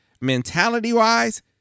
mentality-wise